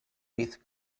eighth